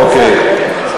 אוקיי.